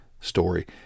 story